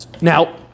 Now